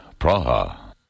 Praha